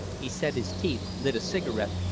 he set his teeth, lit a cigarette,